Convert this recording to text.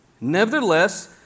Nevertheless